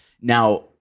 Now